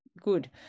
Good